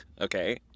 Okay